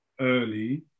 early